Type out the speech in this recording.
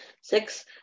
six